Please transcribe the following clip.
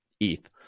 ETH